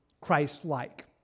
Christ-like